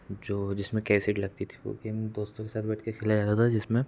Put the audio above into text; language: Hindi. जो जिसमें कैसेट लगती थी वो गेम दोस्तों के साथ बैठ के खेला जाता था जिसमें